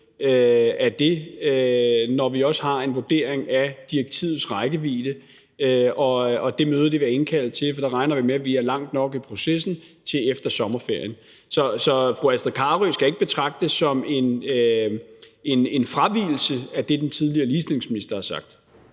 af det, når vi også har en vurdering af direktivets rækkevidde. Det møde vil jeg indkalde til, for der regner vi med, at vi er langt nok i processen efter sommerferien. Så fru Astrid Carøe skal ikke betragte det som en fravigelse af det, den tidligere ligestillingsminister har sagt.